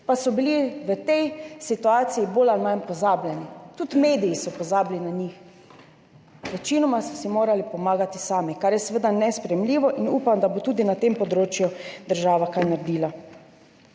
in so bili v tej situaciji bolj ali manj pozabljeni. Tudi mediji so pozabili na njih. Večinoma so si morali pomagati sami, kar je seveda nesprejemljivo in upam, da bo tudi na tem področju država kaj naredila.